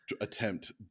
attempt